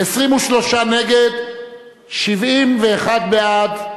23 נגד, 71 בעד.